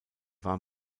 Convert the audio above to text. war